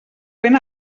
ben